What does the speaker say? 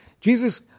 Jesus